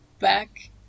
back